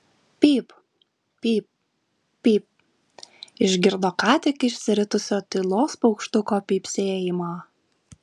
pyp pyp pyp išgirdo ką tik išsiritusio tylos paukštuko pypsėjimą